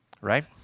right